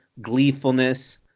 gleefulness